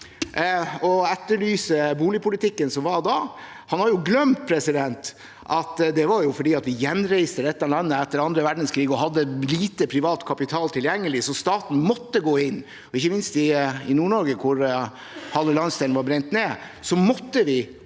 og etterlyser boligpolitikken som var da. Han har jo glemt at fordi vi gjenreiste dette landet etter annen verdenskrig og hadde lite privat kapital tilgjengelig, måtte staten gå inn. Ikke minst i Nord-Norge, hvor halve landsdelen var brent ned, måtte